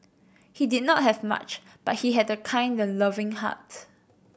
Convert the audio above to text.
he did not have much but he had a kind and loving heart